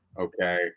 okay